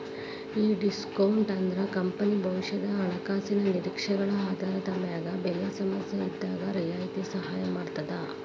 ಈ ಡಿಸ್ಕೋನ್ಟ್ ಅಂದ್ರ ಕಂಪನಿ ಭವಿಷ್ಯದ ಹಣಕಾಸಿನ ನಿರೇಕ್ಷೆಗಳ ಆಧಾರದ ಮ್ಯಾಗ ಬೆಲೆ ಸಮಸ್ಯೆಇದ್ದಾಗ್ ರಿಯಾಯಿತಿ ಸಹಾಯ ಮಾಡ್ತದ